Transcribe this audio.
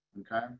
Okay